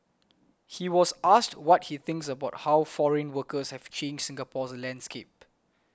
he was asked what he thinks about how foreign workers have changed Singapore's landscape